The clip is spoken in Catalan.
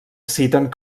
citen